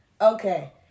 Okay